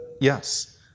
yes